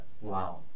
Wow